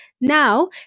now